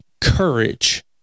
courage